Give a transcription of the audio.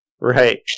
Right